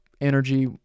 energy